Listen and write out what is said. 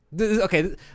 Okay